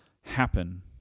happen